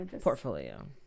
portfolio